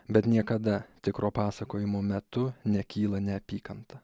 bet niekada tikro pasakojimo metu nekyla neapykanta